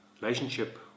Relationship